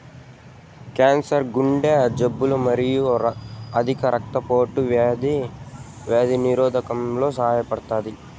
cancer, గుండె జబ్బులు మరియు అధిక రక్తపోటు వంటి వ్యాధులను నిరోధించడంలో సహాయపడతాయి